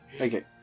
Okay